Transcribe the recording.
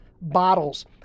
bottles